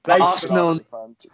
Arsenal